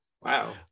Wow